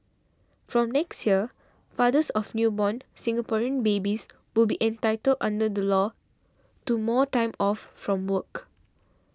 from next year fathers of newborn Singaporean babies will be entitled under the law to more time off from work